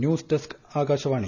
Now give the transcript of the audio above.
news desk Akashvani